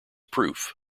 proof